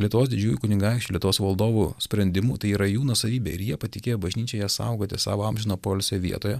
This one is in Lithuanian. lietuvos didžiųjų kunigaikščių lietuvos valdovų sprendimu tai yra jų nuosavybė ir jie patikėjo bažnyčiai jas saugoti savo amžino poilsio vietoje